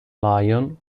lion